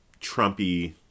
Trumpy